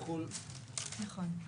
נכון.